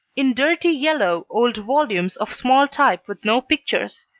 in dirty yellow old volumes of small type with no pictures,